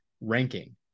ranking